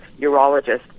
urologist